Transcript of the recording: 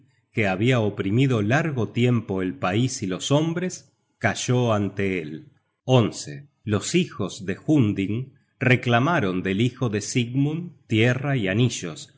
que habia oprimido largo tiempo el pais y los hombres cayó ante él los hijos de hunding reclamaron del hijo de sigmund tierras y anillos